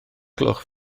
gloch